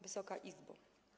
Wysoka Izbo!